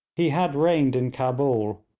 he had reigned in cabul,